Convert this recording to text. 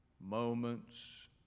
moments